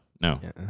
no